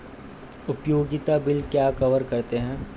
उपयोगिता बिल क्या कवर करते हैं?